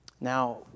Now